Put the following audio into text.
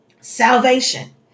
Salvation